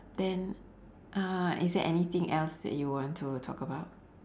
then uh is there anything else that you want to talk about